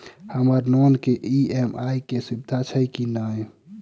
हम्मर लोन केँ ई.एम.आई केँ सुविधा छैय की नै?